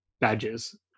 badges